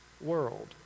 world